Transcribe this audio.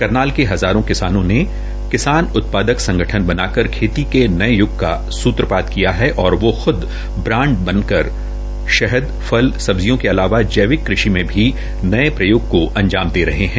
करनाल के हज़ारों किसानों ने किसान उत्पादक संगठन बनाकर खेती के नये य्ग क सूत्रपात किया है और ख्द की ब्रैंड बनाकर वो शहद फल सब्जियों के अलावा जैविक कृषि में नये प्रयोग को अज़ाम दे रहे है